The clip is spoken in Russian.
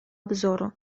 обзору